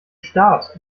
start